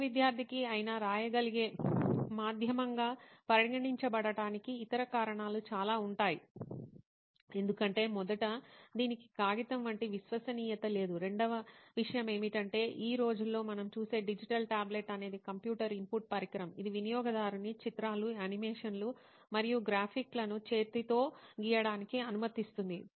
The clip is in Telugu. ఏ విద్యార్థికి అయినా రాయగలిగే మాధ్యమంగా పరిగణించబడటానికి ఇతర కారణాలు చాలా ఉంటాయి ఎందుకంటే మొదట దీనికి కాగితం వంటి విశ్వసనీయత లేదు రెండవ విషయం ఏమిటంటే ఈ రోజుల్లో మనం చూసే డిజిటల్ టాబ్లెట్ అనేది కంప్యూటర్ ఇన్పుట్ పరికరం ఇది వినియోగదారుని చిత్రాలు యానిమేషన్లు మరియు గ్రాఫిక్లను చేతితో గీయడానికి అనుమతిస్తుంది